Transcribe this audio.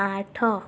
ଆଠ